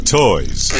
toys